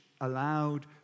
allowed